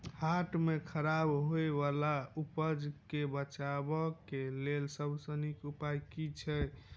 हाट मे खराब होय बला उपज केँ बेचबाक क लेल सबसँ नीक उपाय की अछि?